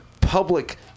public